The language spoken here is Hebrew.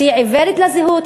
שהיא עיוורת לזהות,